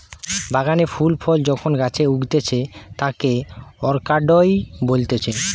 বাগানে ফুল ফল যখন গাছে উগতিচে তাকে অরকার্ডই বলতিছে